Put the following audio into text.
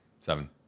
seven